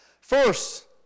First